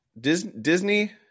Disney